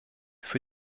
für